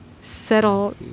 settle